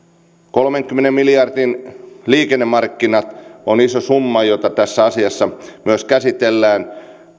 kolmenkymmenen miljardin liikennemarkkinat on iso summa jota tässä asiassa myös käsitellään